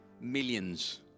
millions